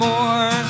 More